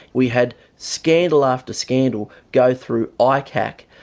we had scandal after scandal go through icac,